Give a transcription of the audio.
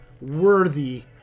worthy